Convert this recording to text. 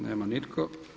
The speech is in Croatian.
Nema nitko.